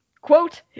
Quote